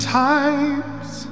times